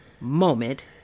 moment